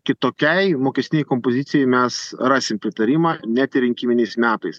kitokiai mokestinei kompozicijai mes rasim pritarimą net ir rinkiminiais metais